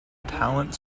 talent